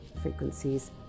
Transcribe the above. frequencies